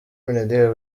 mineduc